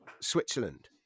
Switzerland